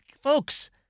Folks